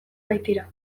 baitira